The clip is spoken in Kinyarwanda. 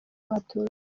abatutsi